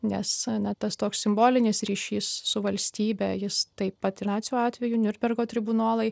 nes na tas toks simbolinis ryšys su valstybe jis taip pat ir nacių atveju niurnbergo tribunolai